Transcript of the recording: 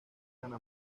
ana